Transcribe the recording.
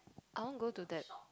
I want go to that